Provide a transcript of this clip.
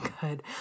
good